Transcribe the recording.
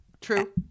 True